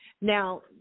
Now